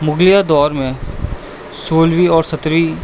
مغلیہ دور میں سولہویں اور سترہویں